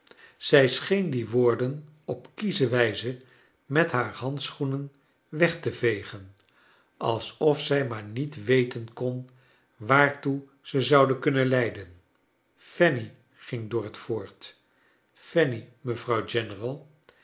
zij scheen die woorden op kiesche wijze met haar handschoenen weg te vegen alsof zij maar niet weten kon waartoe ze z ouden kunnen leiden fanny ging dorrit voort faxlny mevrouw